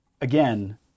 again